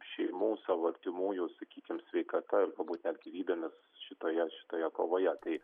šeimų savo artimųjų sakykim sveikata būtent gyvybėmis šitoje šitoje kovoje tai